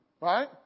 Right